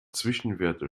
zwischenwerte